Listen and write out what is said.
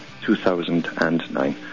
2009